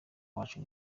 wacu